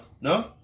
no